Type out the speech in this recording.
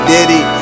Diddy